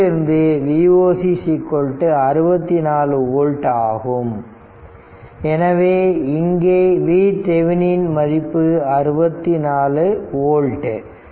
இதிலிருந்து Voc 64 volt ஆகும் எனவே இங்கே VThevenin இன் மதிப்பு 64 போல்ட்